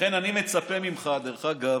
לכן אני מצפה ממך, דרך אגב,